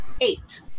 Eight